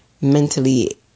mentally